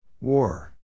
War